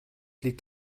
liegt